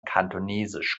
kantonesisch